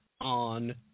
on